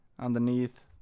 underneath